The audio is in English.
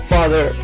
Father